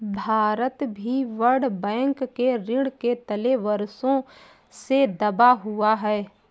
भारत भी World Bank के ऋण के तले वर्षों से दबा हुआ है